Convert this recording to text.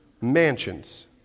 Mansions